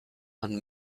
and